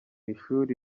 ishuri